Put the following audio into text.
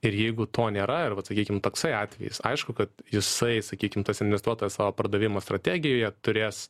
ir jeigu to nėra ir vat sakykim toksai atvejis aišku kad jisai sakykim tas investuotojas savo pardavimo strategijoje turės